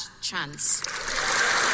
chance